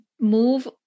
move